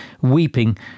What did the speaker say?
weeping